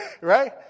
right